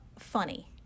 funny